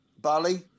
Bali